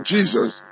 Jesus